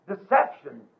deception